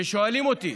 ששואלים אותי,